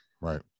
right